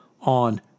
on